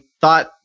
thought